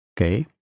okay